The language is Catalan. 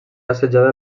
assetjada